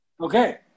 Okay